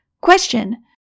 Question